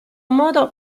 modo